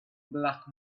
black